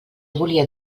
volia